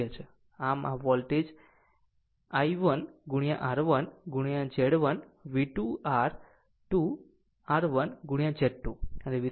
આમ આમ voltage I1 R1 Z1 V2 r I 2 r I Z2 અને V3 I Z 3